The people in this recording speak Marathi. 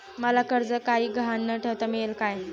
मला कर्ज काही गहाण न ठेवता मिळेल काय?